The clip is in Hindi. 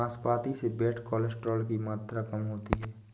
नाशपाती से बैड कोलेस्ट्रॉल की मात्रा कम होती है